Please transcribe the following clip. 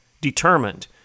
Determined